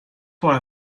why